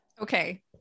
Okay